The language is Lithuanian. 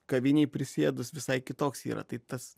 kavinėj prisėdus visai kitoks yra tai tas